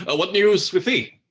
and what news with thee?